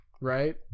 right